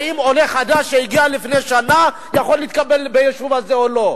האם עולה חדש שהגיע לפני שנה יכול להתקבל ליישוב הזה או לא?